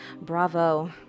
Bravo